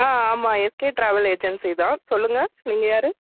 ஆ ஆமாம் SK travel agency தான் சொல்லுங்கள் நீங்கள் யார்